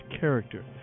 character